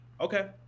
okay